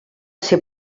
ser